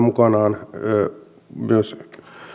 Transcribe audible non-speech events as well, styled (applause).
(unintelligible) mukanaan myös